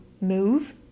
move